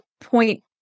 point